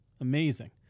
Amazing